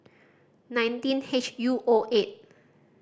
nineteen H U O eight